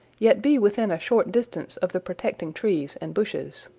yet be within a short distance of the protecting trees and bushes.